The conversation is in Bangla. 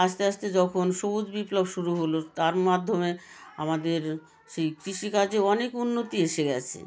আস্তে আস্তে যখন সবুজ বিপ্লব শুরু হলো তার মাধ্যমে আমাদের সেই কৃষি কাজে অনেক উন্নতি এসে গেছে